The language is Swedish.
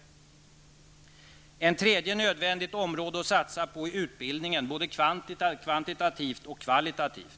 Ett tredje område som det är nödvändigt att satsa på är utbildningen, både kvantitativt och kvalitativt.